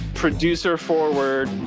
producer-forward